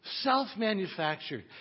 self-manufactured